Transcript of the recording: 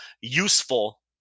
useful